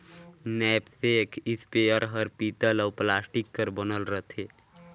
knapsack spare हर पीतल अउ प्लास्टिक कर बनल रथे